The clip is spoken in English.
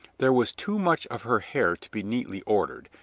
there was too much of her hair to be neatly ordered,